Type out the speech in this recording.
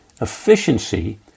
efficiency